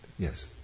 Yes